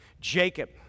Jacob